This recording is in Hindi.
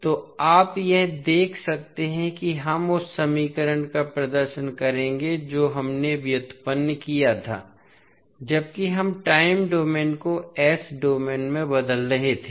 तो आप यह देख सकते हैं कि हम उस समीकरण का प्रदर्शन करेंगे जो हमने व्युत्पन्न किया था जबकि हम टाइम डोमेन को s डोमेन में बदल रहे थे